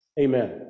amen